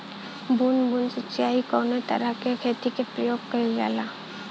बूंद बूंद सिंचाई कवने तरह के खेती में प्रयोग कइलजाला?